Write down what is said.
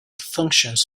functions